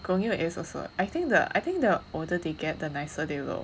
is also I think the I think the older they get the nicer they look